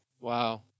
Wow